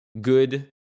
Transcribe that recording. good